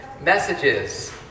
messages